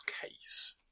case